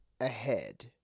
ahead